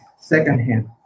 secondhand